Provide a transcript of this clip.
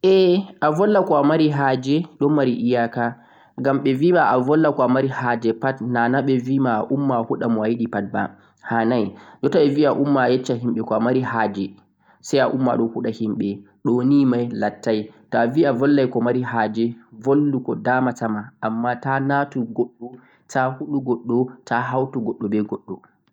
Vulwugo ko amari haaje ɗon mari iyaka ngam viki avulwa ko'amari haje lattata adinga huɗuki himɓe baa hanai.